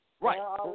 right